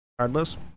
regardless